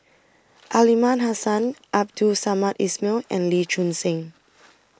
Aliman Hassan Abdul Samad Ismail and Lee Choon Seng